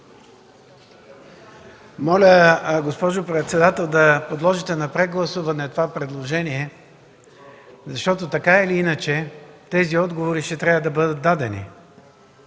(СК): Госпожо председател, моля да подложите на прегласуване това предложение, защото така или иначе тези отговори ще трябва да бъдат дадени.